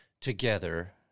together